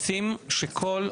רוצים שכל,